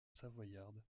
savoyarde